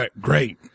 great